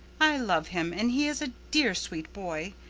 i love him, and he is a dear sweet boy,